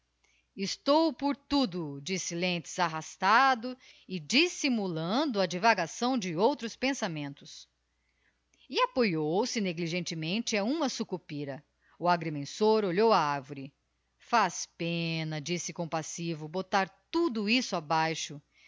estou por tudo disse lentz arrastado e dissimulando a divagação de outros pensamentos ii ghana an e apoiou se negligentemente a uma sucopira o agrimensor olhou a arvore faz pena disse compassivo botar tudo isto abaixo